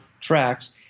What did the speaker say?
tracks